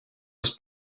was